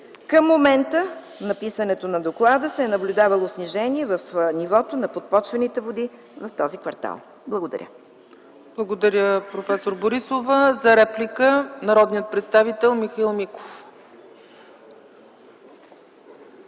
Към момента на писането на доклада се е наблюдавало снижение в нивото на подпочвените води в този квартал. Благодаря. ПРЕДСЕДАТЕЛ ЦЕЦКА ЦАЧЕВА: Благодаря, проф. Борисова. За реплика – народният представител Михаил Миков.